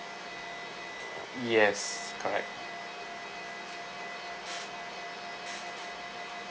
yes correct